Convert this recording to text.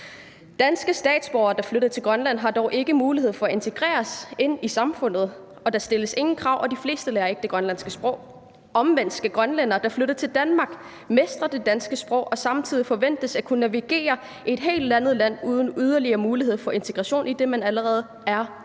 Danske statsborgere, der flytter til Grønland, har dog ikke mulighed for at blive integreret i samfundet; der stilles ingen krav, og de fleste lærer ikke det grønlandske sprog. Omvendt skal grønlændere, der flytter til Danmark, mestre det danske sprog, og samtidig forventes det, at de kan navigere i et helt andet land uden yderligere muligheder for integration, idet man allerede er